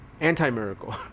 anti-miracle